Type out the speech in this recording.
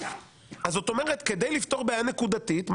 זאת אומרת שכדי לפתור בעיה נקודתית,